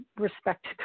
respect